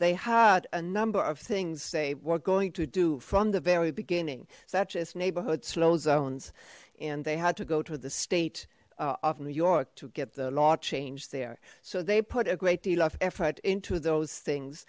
they had a number of things they were going to do from the very beginning such as neighborhood slow zones and they had to go to the state of new york to get the law change there so they put a great deal of effort into those